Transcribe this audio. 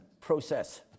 process